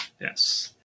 Yes